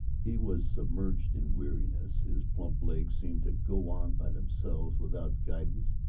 he was submerged in weariness. his plump legs seemed to go on by themselves, without guidance,